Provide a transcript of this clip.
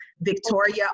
Victoria